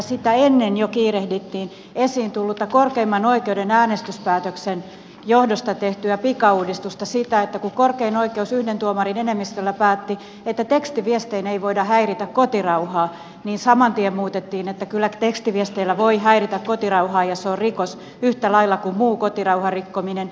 sitä ennen jo kiirehdittiin esille tullutta korkeimman oikeuden äänestyspäätöksen johdosta tehtyä pikauudistusta siitä että kun korkein oikeus yhden tuomarin enemmistöllä päätti että tekstiviestein ei voida häiritä kotirauhaa niin saman tien muutettiin että kyllä tekstiviesteillä voi häiritä kotirauhaa ja se on rikos yhtä lailla kuin muu kotirauhan rikkominen